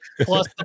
plus